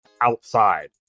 outside